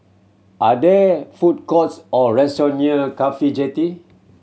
are there food courts or restaurant near CAFHI Jetty